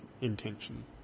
intention